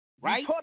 Right